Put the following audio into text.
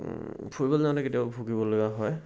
ফুৰিবলে যাওঁতে কেতিয়াও ভুগিবলগীয়া হয়